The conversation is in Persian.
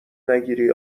نگیری